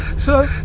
sir